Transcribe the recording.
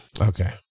Okay